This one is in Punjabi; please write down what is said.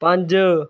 ਪੰਜ